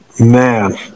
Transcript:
Man